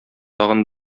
тагын